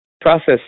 process